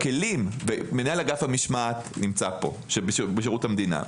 מנהל אגף המשמעת נמצא פה, בשירות המדינה.